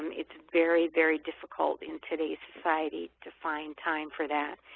it's very, very difficult in today's society to find time for that.